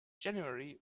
january